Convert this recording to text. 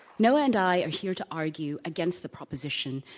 noah and i are here to argue against the proposition,